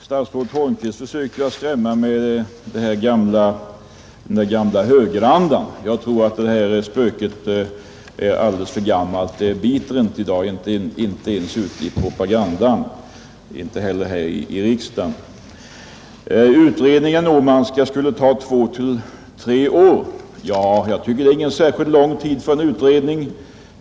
Herr talman! Statsrådet Holmqvist försöker skrämma med den gamla högerandan. Jag tror att det spöket är alldeles för gammalt. Sådant biter inte i dag, inte ens ute i propagandan och inte heller här i riksdagen. Den Åmanska utredningen skulle ta två å tre år. Det är inte särskilt lång tid för en utredning.